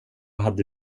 hade